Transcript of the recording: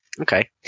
Okay